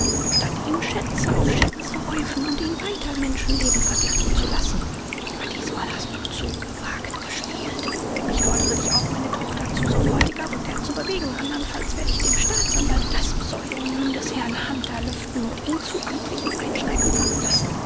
statt ihm schätze auf schätze häufen und ihn weiter menschenleben vergiften zu lassen aber diesmal hast du zu gewagt gespielt ich fordere dich auf meine tochter zu sofortiger rückkehr zu bewegen andernfalls werde ich dem staatsanwalt das pseudonym des herrn hunter lüften und ihn zu amtlichem einschreiten veranlassen